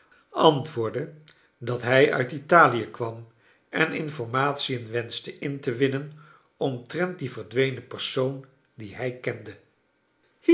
antwoordde dat hij uit italic kwam en information wensohte in te winnen omtrent dien verdwenen persoon dien hij kende